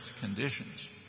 conditions